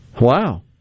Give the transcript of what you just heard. Wow